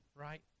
right